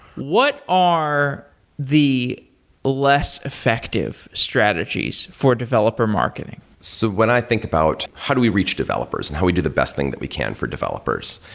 what are the less effective strategies for developer marketing? so when i think about how do we reach developers and how we do the best thing that we can for developers?